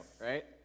right